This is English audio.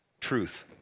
truth